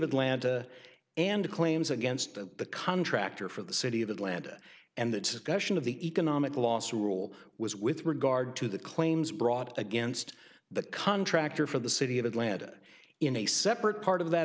atlanta and claims against that the contractor for the city of atlanta and that question of the economic loss rule was with regard to the claims brought against the contractor for the city of atlanta in a separate part of that